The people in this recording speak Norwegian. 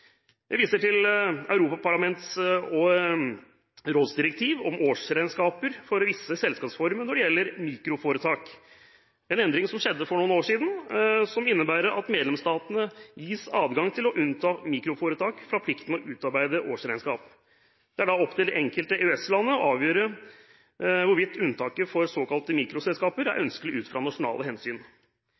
Jeg viser til Europa-parlamentets og Rådets direktiv om årsregnskaper for visse selskapsformer når det gjelder mikroforetak. Det skjedde en endring for noen år siden som innebærer at medlemsstatene gis adgang til å unnta mikroforetak fra plikten til å utarbeide årsregnskap. Det er opp til det enkelte EØS-landet å avgjøre hvorvidt unntaket for såkalte mikroselskaper er ønskelig ut fra nasjonale hensyn.